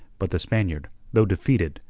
but the spaniard, though defeated,